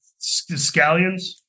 Scallions